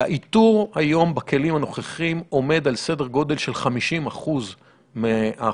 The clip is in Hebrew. היא שהאיתור היום בכלים הנוכחים עומד על סדר גודל של 50% מהחולים.